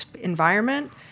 environment